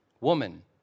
Woman